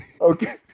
Okay